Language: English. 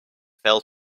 fell